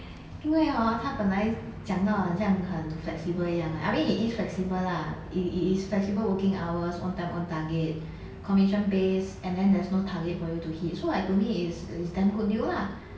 因为 hor 他本来讲到很像很 flexibly 一样 lah I mean it is flexible lah i~ it is flexible working hours own time own target commission based and then there's no target for you to hit so like to me it's it's damn good deal lah